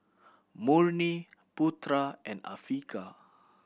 Murni Putera and Afiqah